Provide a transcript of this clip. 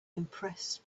impressed